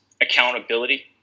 accountability